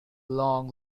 long